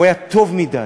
הוא היה טוב מדי.